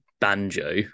banjo